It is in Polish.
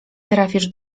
trafisz